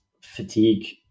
fatigue